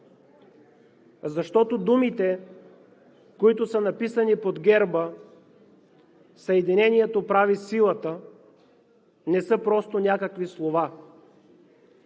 защото думите, които са написани под герба: „Съединението прави силата“, не са просто някакви слова.